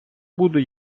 буду